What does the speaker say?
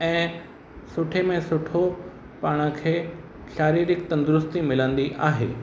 ऐं सुठे में सुठो पाण खे शारीरिक तंदुरुस्ती मिलंदी आहे